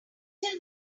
till